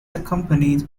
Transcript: accompanied